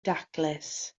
daclus